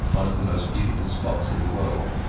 one of the most beautiful spots in the world.